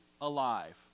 alive